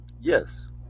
Yes